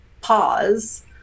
pause